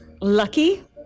Lucky